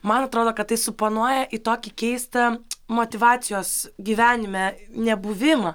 man atrodo kad tai suponuoja į tokį keistą motyvacijos gyvenime nebuvimą